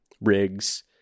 rigs